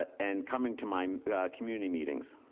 and coming to my community meetings.